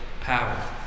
power